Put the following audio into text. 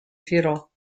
futile